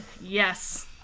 Yes